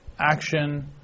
action